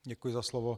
Děkuji za slovo.